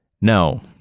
No